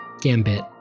Gambit